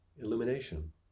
illumination